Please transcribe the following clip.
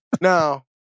Now